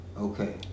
Okay